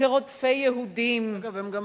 כרודפי יהודים.